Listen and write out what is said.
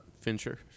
Fincher